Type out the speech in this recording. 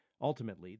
Ultimately